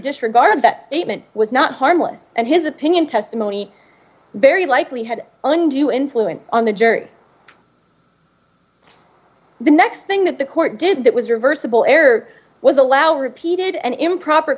disregard that statement was not harmless and his opinion testimony very likely had an undue influence on the jury the next thing that the court did that was reversible error was allowed repeated and improper